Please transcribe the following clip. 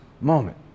moment